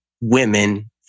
women